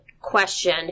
question